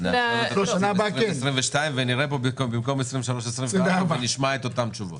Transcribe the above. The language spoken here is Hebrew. ונשמע אותן תשובות?